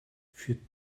für